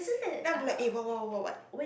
then I'll be like eh what what what